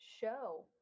show